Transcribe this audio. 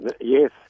Yes